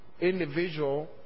individual